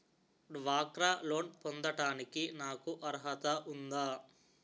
డ్వాక్రా లోన్ పొందటానికి నాకు అర్హత ఉందా?